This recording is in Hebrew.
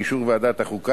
באישור ועדת החוקה,